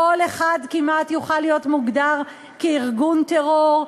אחד כמעט יוכל להיות מוגדר כארגון טרור,